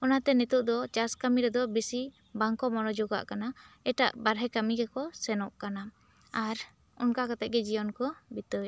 ᱚᱱᱟᱛᱮ ᱱᱤᱛᱚᱜ ᱫᱚ ᱪᱟᱥ ᱠᱟᱹᱢᱤ ᱨᱮ ᱫᱚ ᱵᱮᱥᱤ ᱵᱟᱝ ᱠᱚ ᱢᱚᱱᱚᱡᱚᱜᱟᱜ ᱠᱟᱱᱟ ᱮᱴᱟᱜ ᱵᱟᱦᱨᱮ ᱠᱟᱹᱢᱤ ᱜᱮᱠᱚ ᱥᱮᱱᱚᱜ ᱠᱟᱱᱟ ᱟᱨ ᱚᱱᱠᱟ ᱠᱟᱛᱮ ᱜᱮ ᱡᱤᱭᱚᱱ ᱠᱚ ᱵᱤᱛᱟᱹᱣ ᱮᱫᱟ